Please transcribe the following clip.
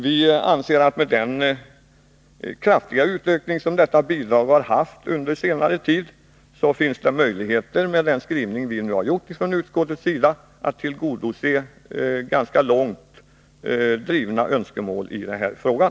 Vi anser att det med den kraftiga ökning detta bidrag fått under senare tid finns möjligheter — med hänsyn till den skrivning vi nu har gjort från utskottets sida — att tillgodose ganska långt drivna önskemål i den här frågan.